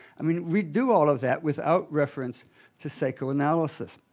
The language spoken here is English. i mean, we do all of that without reference to psychoanalysis.